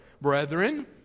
brethren